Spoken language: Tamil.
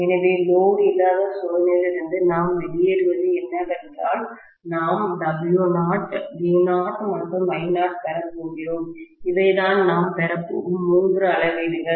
எனவே லோடு இல்லாத சோதனையிலிருந்து நாம் வெளியேறுவது என்னவென்றால் நாம் W0 V0 மற்றும் I0 ஐப் பெறப் போகிறோம் இவைதான் நாம் பெறப் போகும் மூன்று அளவீடுகள்